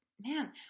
man